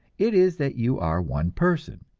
it is that you are one person,